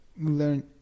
learn